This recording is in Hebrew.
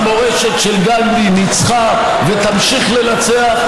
המורשת של גנדי ניצחה ותמשיך לנצח,